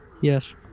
Yes